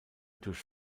durch